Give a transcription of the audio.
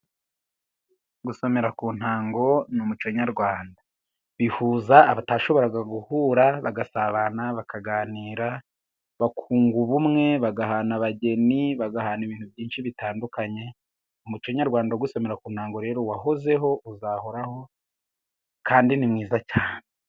Gusomera ku ntango ni umuco nyarwanda. Bihuza abatashoboraga guhura bagasabana, bakaganira, bakunga ubumwe, bagahana abageni, bagahana ibintu byinshi bitandukanye, umuco nyarwanda wo gusomera ku ntango rero wahozeho, uzahoraho, kandi ni mwiza cyane.